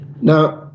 Now